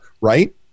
right